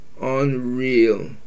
Unreal